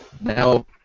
now